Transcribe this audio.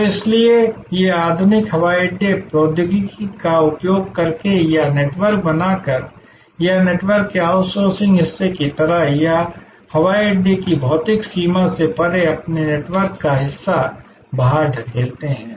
तो इसीलिए ये आधुनिक हवाई अड्डे प्रौद्योगिकी का उपयोग करके या नेटवर्क बनाकर या नेटवर्क के आउटसोर्सिंग हिस्से की तरह या हवाई अड्डे की भौतिक सीमा से परे अपने नेटवर्क का हिस्सा बाहर धकेलते हैं